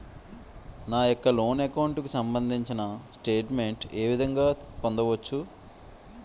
నా యెక్క loan account కు సంబందించిన స్టేట్ మెంట్ ఏ విధంగా పొందవచ్చు?